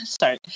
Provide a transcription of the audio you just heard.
sorry